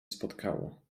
spotkało